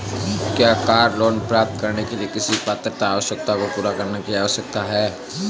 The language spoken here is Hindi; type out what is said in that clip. क्या कार लोंन प्राप्त करने के लिए किसी पात्रता आवश्यकता को पूरा करने की आवश्यकता है?